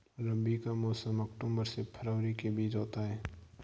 रबी का मौसम अक्टूबर से फरवरी के बीच होता है